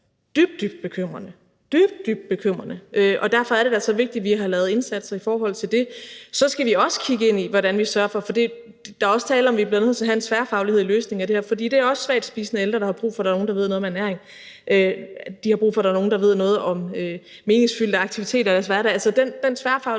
dybt, dybt bekymrende. Derfor er det da så vigtigt, at vi har lavet indsatser i forhold til det. Så skal vi også kigge ind i, hvordan vi sørger for det, for der er også tale om, at vi bliver nødt til at have en tværfaglighed i løsningen af det her, for det er også svagt spisende ældre, der har brug for, at der er nogle, der ved noget om ernæring. De har brug for, er der nogle der ved noget om meningsfyldte aktiviteter i deres hverdag.